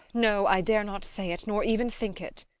no i dare not say it! nor even think it!